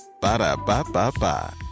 Ba-da-ba-ba-ba